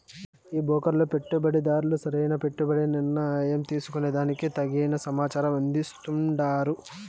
ఈ బ్రోకర్లు పెట్టుబడిదార్లు సరైన పెట్టుబడి నిర్ణయం తీసుకునే దానికి తగిన సమాచారం అందిస్తాండారు